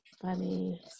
funny